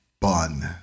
Bun